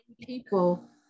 people